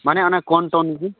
ᱢᱟᱱᱮ ᱚᱱᱟ ᱠᱚᱱ ᱴᱚᱱ ᱜᱤ